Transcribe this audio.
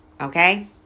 okay